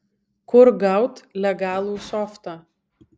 kur gaut legalų softą